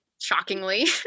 shockingly